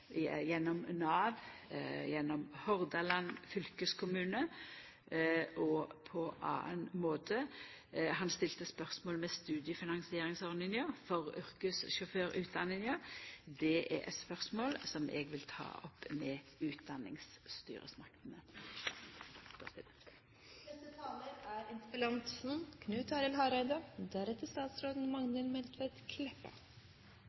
gjennom Nav, gjennom Hordaland fylkeskommune og på annan måte. Han stilte spørsmål ved studiefinansieringsordninga for yrkessjåførutdanninga. Det er eit spørsmål som eg vil ta opp med utdanningsstyresmaktene. Eg vil takke for den grundige utgreiinga frå statsråden.